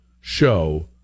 show